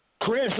Chris